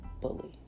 Bully